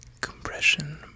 Compression